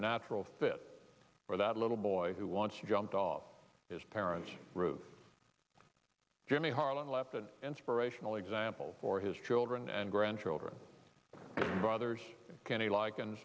natural fit for that little boy who wants to jump off his parents ruth jimmy harlan left an inspirational example for his children and grandchildren brothers kenny li